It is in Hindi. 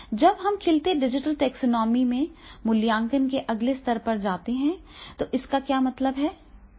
जब हम खिलते डिजिटल टैक्सोनॉमी में मूल्यांकन के अगले स्तर पर जाते हैं तो इसका क्या मतलब है